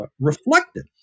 reflected